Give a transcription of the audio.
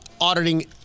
auditing